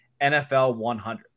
NFL100